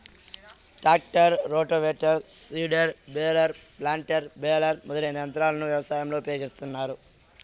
tractor, rotavator, seeder, baler, planter, baler మొదలైన యంత్రాలను వ్యవసాయంలో ఉపయోగిస్తాన్నారు